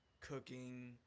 cooking